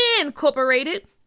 Incorporated